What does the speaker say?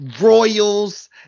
Royals